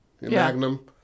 magnum